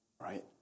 right